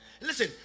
Listen